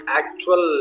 actual